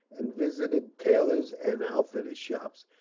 and visited tailors' and outfitters' shops,